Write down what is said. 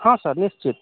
हॅं सर निश्चित